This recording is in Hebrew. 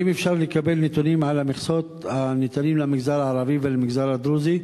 האם אפשר לקבל נתונים על המכסות הניתנות למגזר הערבי ולמגזר הדרוזי,